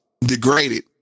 degraded